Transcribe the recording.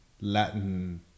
Latin